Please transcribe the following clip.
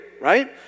right